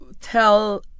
tell